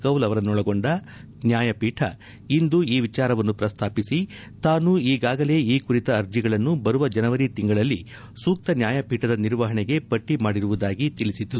ಕೌಲ್ ಅವರನ್ನೊಳಗೊಂಡ ನ್ಯಾಯಪೀಠ ಇಂದು ಈ ವಿಚಾರವನ್ನು ಪ್ರಸ್ತಾಪಿಸಿ ತಾನು ಈಗಾಗಲೇ ಈ ಕುರಿತ ಅರ್ಜಿಗಳನ್ನು ಬರುವ ಜನವರಿ ತಿಂಗಳಲ್ಲಿ ಸೂಕ್ತ ನ್ಯಾಯಪೀಠದ ನಿರ್ವಹಣೆಗೆ ಪಟ್ಟಿ ಮಾದಿರುವುದಾಗಿ ತಿಳಿಸಿತು